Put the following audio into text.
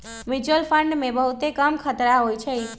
mutual fund मे बहुते कम खतरा होइ छइ